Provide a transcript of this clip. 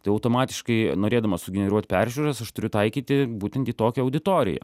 tai automatiškai norėdamas sugeneruot peržiūras aš turiu taikyti būtent į tokią auditoriją